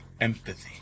Empathy